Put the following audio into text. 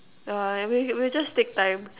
uh we we'll just take time